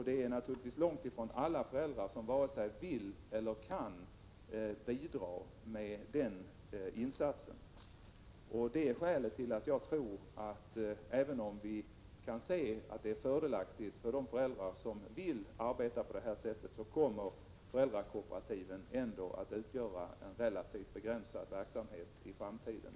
Det är naturligtvis långt ifrån alla föräldrar som vill eller kan bidra med en insats. Även om vi kan se att det är fördelaktigt för de föräldrar som vill arbeta på detta sätt, tror jag att föräldrakooperativen ändå kommer att utgöra en relativt begränsad verksamhet i framtiden.